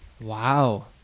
Wow